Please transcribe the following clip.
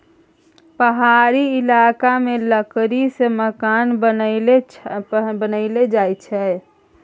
पहाड़ी इलाका मे लकड़ी सँ मकान बनाएल जाई छै